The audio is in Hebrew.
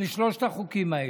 לשלושת החוקים האלה.